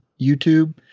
youtube